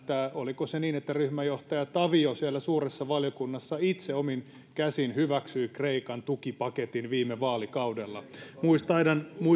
oliko se niin että ryhmäjohtaja tavio siellä suuressa valiokunnassa itse omin käsin hyväksyi kreikan tukipaketin viime vaalikaudella